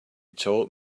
told